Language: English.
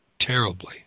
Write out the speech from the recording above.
terribly